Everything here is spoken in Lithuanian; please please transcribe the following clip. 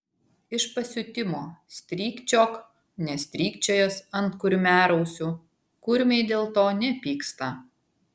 iš pasiutimo strykčiok nestrykčiojęs ant kurmiarausių kurmiai dėl to nepyksta